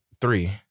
three